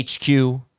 HQ